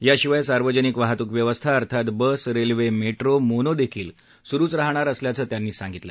याशिवाय सार्वजनिक वाहतूक व्यवस्था अर्थात बस रेल्वे मेट्रो मोनो देखील सुरूच राहणार असल्याचे मुख्यमंत्र्यांनी स्पष्ट केले